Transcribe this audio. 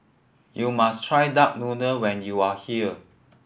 you must try duck noodle when you are here